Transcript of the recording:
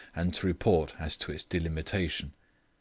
and to report as to its delimitation.